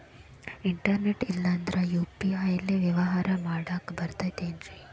Internet ಇಲ್ಲಂದ್ರ UPI ಲೇ ವ್ಯವಹಾರ ಮಾಡಾಕ ಬರತೈತೇನ್ರೇ?